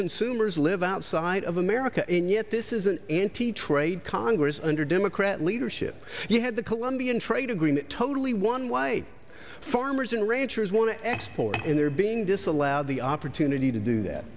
consumers live outside of erica and yet this is an anti trade congress under democrat leadership you had the colombian trade agreement totally one white farmers and ranchers want to export and they're being disallowed the opportunity to do that